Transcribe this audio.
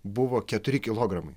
buvo keturi kilogramai